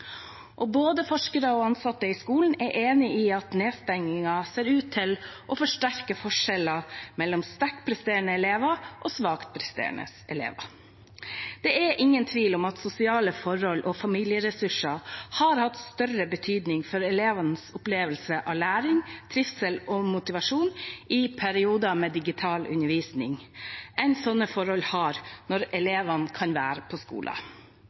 Og både forskere og ansatte i skolen er enig i at nedstengningen ser ut til å forsterke forskjeller mellom sterkt presterende elever og svakt presterende elever. Det er ingen tvil om at sosiale forhold og familieressurser har hatt større betydning for elevenes opplevelse av læring, trivsel og motivasjon i perioder med digital undervisning enn slike forhold har når elevene kan være på